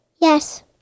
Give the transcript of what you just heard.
Yes